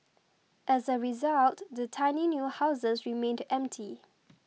as a result the tiny new houses remained empty